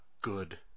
good